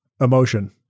emotion